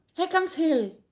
here comes hill.